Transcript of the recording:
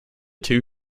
two